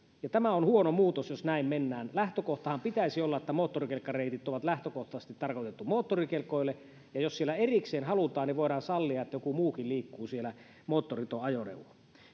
tämä on huono muutos jos näin mennään lähtökohtahan pitäisi olla että moottorikelkkareitit on lähtökohtaisesti tarkoitettu moottorikelkoille ja jos erikseen halutaan niin voidaan sallia että joku muukin moottoriton ajoneuvo